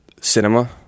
cinema